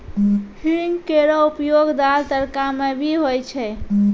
हींग केरो उपयोग दाल, तड़का म भी होय छै